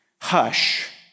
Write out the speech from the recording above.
hush